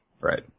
Right